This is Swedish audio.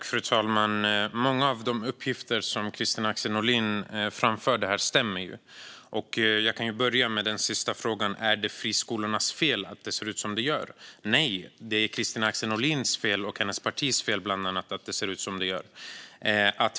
Fru talman! Många av de uppgifter som Kristina Axén Olin framförde här stämmer. Jag kan börja med den sista frågan. Är det friskolornas fel att det ser ut som det gör? Nej, det är bland annat Kristina Axén Olins och hennes partis fel att det ser ut som det gör.